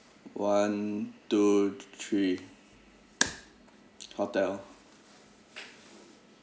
one two three hotel